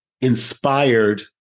inspired